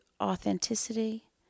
authenticity